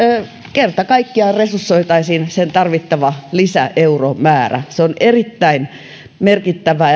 kerta kaikkiaan resursoitaisiin tarvittava lisäeuromäärä se on erittäin merkittävää